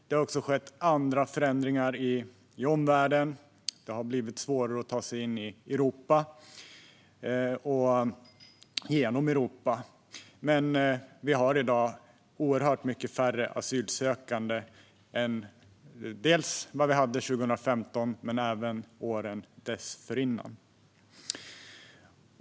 Det har också skett andra förändringar i omvärlden, det har blivit svårare att ta sig in i Europa och genom Europa, men det finns i dag oerhört mycket färre asylsökande än vad som fanns 2015 och även åren dessförinnan.